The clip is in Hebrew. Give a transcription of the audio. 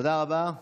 תודה רבה.